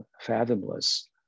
fathomless